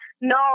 No